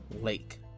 lake